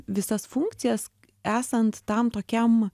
visas funkcijas esant tam tokiam